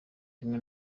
rimwe